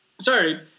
Sorry